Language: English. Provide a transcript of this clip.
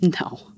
No